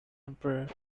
emperor